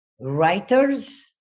writers